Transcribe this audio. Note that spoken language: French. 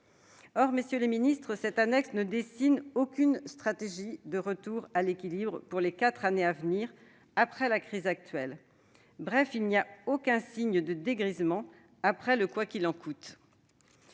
Or, messieurs les ministres, cette annexe ne dessine aucune stratégie de retour à l'équilibre pour les quatre années à venir, après la crise actuelle. Bref, il n'y a aucun signe de « dégrisement » après le « quoi qu'il en coûte